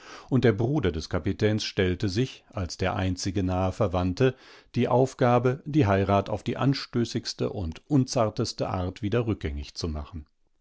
und der bruder des kapitäns stellte sich als der einzige nahe verwandte die aufgabe die heirat auf die anstößigste und unzarteste art wieder rückgängigzumachen